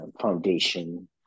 foundation